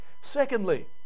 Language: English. Secondly